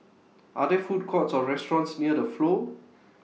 Are There Food Courts Or restaurants near The Flow